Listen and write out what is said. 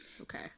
Okay